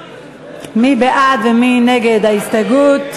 מי בעד ומי נגד ההסתייגות?